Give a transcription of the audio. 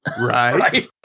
right